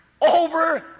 over